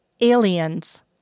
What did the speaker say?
Aliens